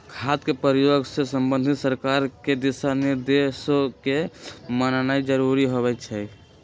खाद के प्रयोग से संबंधित सरकार के दिशा निर्देशों के माननाइ जरूरी होइ छइ